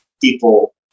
people